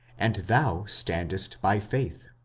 and thou standest by faith.